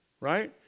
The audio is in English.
right